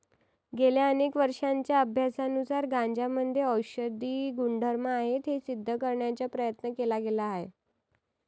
गेल्या अनेक वर्षांच्या अभ्यासानुसार गांजामध्ये औषधी गुणधर्म आहेत हे सिद्ध करण्याचा प्रयत्न केला गेला आहे